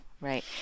Right